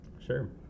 Sure